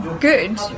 good